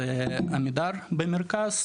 זה עמידר במרכז,